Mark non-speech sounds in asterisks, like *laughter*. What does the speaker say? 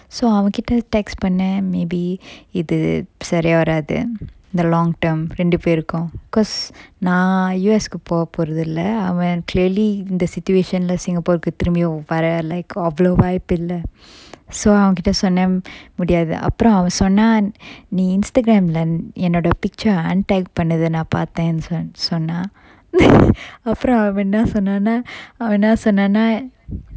so அவன் கிட்ட:avan kitta text பண்ணன்:pannan maybe இது சரியா வராது:ithu sariya varathu the long term ரெண்டு பேருக்கும்rendu perukkum cause நா:na U_S கு போபோறதில்ல அவன்:ku poporathilla avan clearly இந்த:intha situation lah singapore கு திரும்பி வர:ku thirumbi vara like அவ்வளவு வாய்ப்பில்ல:avvalavu vaippilla so அவன் கிட்ட சொன்னன் முடியாது அப்புறம் அவன் சொன்னான் நீ:avan kitta sonnan mudiyathu appuram avan sonnan nee Instagram lah என்னோட:ennoda picture untag பண்ணத நா பாத்தன்னு சொல்~ சொன்னான்:pannatha na pathanu sol~ sonnan *laughs* அப்புறம் அவன் என்னா சொன்னான்னா அவன் என்னா சொன்னான்னா:appuram avan ennaa sonnanna avan enna sonnanna